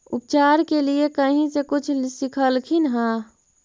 उपचार के लीये कहीं से कुछ सिखलखिन हा?